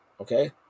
okay